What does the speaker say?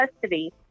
custody